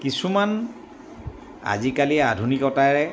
কিছুমান আজিকালি আধুনিকতাৰে